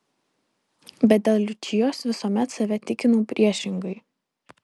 bet dėl liučijos visuomet save tikinau priešingai